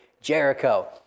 jericho